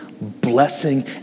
blessing